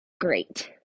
Great